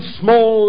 small